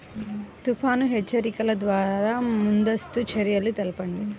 తుఫాను హెచ్చరికల ద్వార ముందస్తు చర్యలు తెలపండి?